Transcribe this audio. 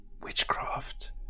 witchcraft